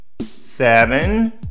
Seven